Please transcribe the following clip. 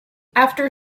after